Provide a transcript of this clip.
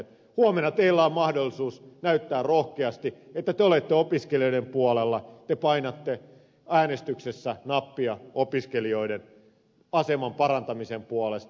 huomenna teillä on mahdollisuus näyttää rohkeasti että te olette opiskelijoiden puolella te painatte äänestyksessä nappia opiskelijoiden aseman parantamisen puolesta